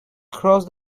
across